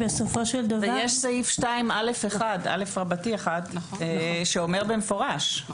יש את סעיף 2א(1) שאומר במפורש